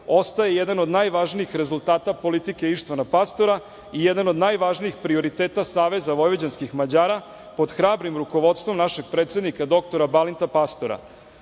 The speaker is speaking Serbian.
ostaje jedan od najvažnijih rezultata politike Ištvana Pastora i jedan od najvažnijih prioriteta SVM-a pod hrabrim rukovodstvom našeg predsednika dr Balinta Pastora. Naravno,